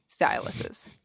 styluses